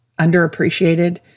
underappreciated